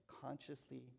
consciously